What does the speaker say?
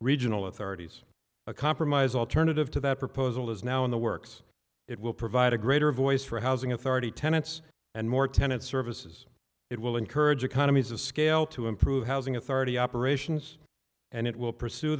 regional authorities a compromise alternative to that proposal is now in the works it will provide a greater voice for housing authority tenants and more tenant services it will encourage economies of scale to improve housing authority operations and it will pursue